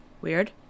Weird